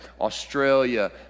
Australia